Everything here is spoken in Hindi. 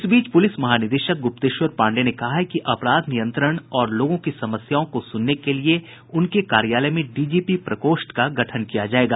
इस बीच पूलिस महानिदेशक गूप्तेश्वर पांडेय ने कहा है कि अपराध नियंत्रण और लोगों की समस्याओं को सुनने के लिये उनके कार्यालय में डीजीपी प्रकोष्ठ का गठन किया जायेगा